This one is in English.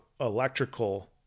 electrical –